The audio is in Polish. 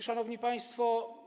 Szanowni Państwo!